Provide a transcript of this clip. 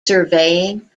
surveying